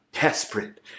desperate